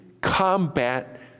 combat